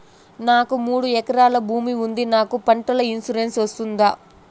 నాకు మూడు ఎకరాలు భూమి ఉంది నాకు పంటల ఇన్సూరెన్సు వస్తుందా?